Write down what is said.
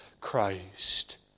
Christ